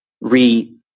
re-